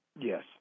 Yes